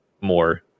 more